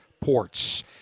ports